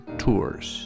tours